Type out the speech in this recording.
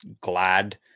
glad